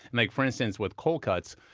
and like for instance, with cold cuts,